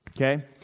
okay